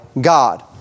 God